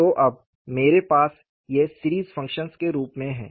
तो अब मेरे पास ये सीरीज फंक्शन्स के रूप में हैं